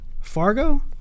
Fargo